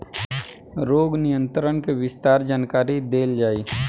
रोग नियंत्रण के विस्तार जानकरी देल जाई?